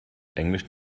englisch